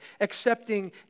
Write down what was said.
accepting